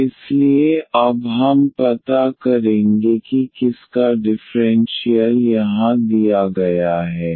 Solution 3x46x2y24x3c इसलिए अब हम पता करेंगे कि किसका डिफ़्रेंशियल यहां दिया गया है